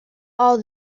all